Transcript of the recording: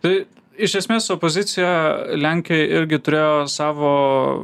tai iš esmės opozicija lenkijoj irgi turėjo savo